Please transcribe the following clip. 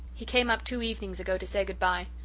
he came up two evenings ago to say good-bye.